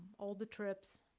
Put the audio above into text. all the trips